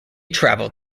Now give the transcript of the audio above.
travelled